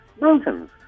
mountains